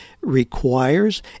requires